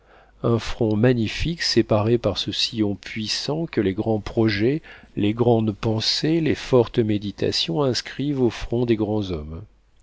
un front magnifique séparé par ce sillon puissant que les grands projets les grandes pensées les fortes méditations inscrivent au front des grands hommes